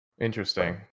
Interesting